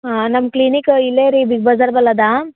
ಹಾಂ ನಮ್ಮ ಕ್ಲಿನಿಕ್ ಇಲ್ಲೇ ರೀ ಬಿಗ್ ಬಜಾರ್ ಬಲ್ ಅದಾ